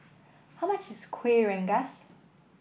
how much is Kuih Rengas